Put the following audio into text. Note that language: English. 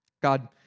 God